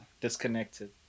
Disconnected